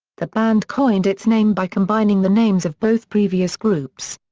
the band coined its name by combining the names of both previous groups.